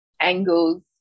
angles